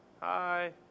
Hi